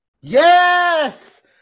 Yes